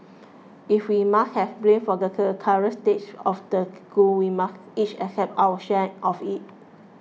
if we must have blame for the current state of the school we must each accept our share of it